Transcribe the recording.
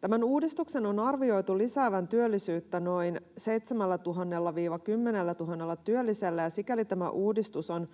Tämän uudistuksen on arvioitu lisäävän työllisyyttä noin 7 000–10 000 työllisellä, ja sikäli tämä uudistus on